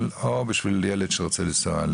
או בשביל ילד שרוצה לנסוע,